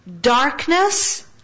Darkness